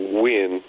win